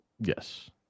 Yes